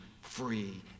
free